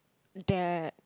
that